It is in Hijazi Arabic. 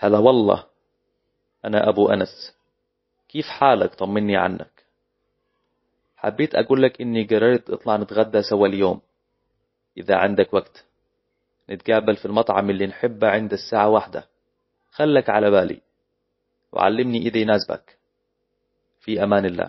هلا، والله، أنا أبو أنس. كيف حالك، طميني عنك؟ حبيت أقولك إني قررت أطلع نتغدى سوى اليوم، إذا عندك وقت. نتقابل في المطعم اللي نحبه عند الساعة واحدة. خلك على بالي، وعلمني إذا يناسبك. في أمان الله.